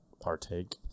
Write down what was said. partake